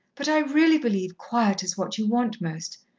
but i really believe quiet is what you want most,